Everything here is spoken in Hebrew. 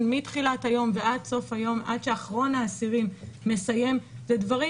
מתחילת היום עד שאחרון האסירים מסיים זה דברים